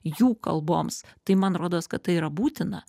jų kalboms tai man rodos kad tai yra būtina